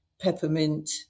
peppermint